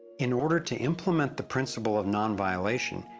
in order to impliment the principle of non-violation,